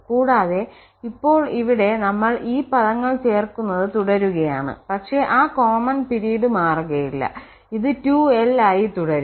കൂടാതെ ഇപ്പോൾ ഇവിടെ നമ്മൾ ഈ പാദങ്ങൾ ചേർക്കുന്നത് തുടരുകയാണ് പക്ഷേ ആ കോമൺ പിരീഡ് മാറുകയില്ല അത് 2l ആയി തുടരും